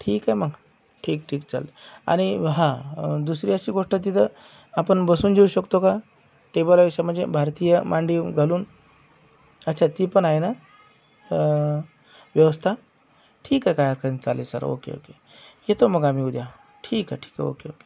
ठीक आहे मग ठीक ठीक चालेल आणि हां दुसरी अशी गोष्ट तिथं आपण बसून जेवू शकतो का टेबल असे म्हणजे भारतीय मांडी घालून अच्छा ती पण आहे ना व्यवस्था ठीक आहे काही हरकत नाही चालेल सर ओके ओके येतो मग आम्ही उद्या ठीक आहे ठीक आहे ओके ओके